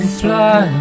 fly